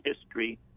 history